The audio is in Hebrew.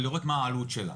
ולראות מה העלות שלה.